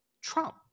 Trump